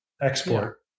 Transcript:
export